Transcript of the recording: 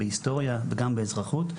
בהיסטוריה וגם באזרחות,